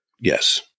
Yes